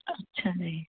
ਅੱਛਾ ਜੀ